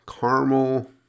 caramel